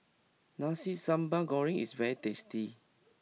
Nasi Sambal Goreng is very tasty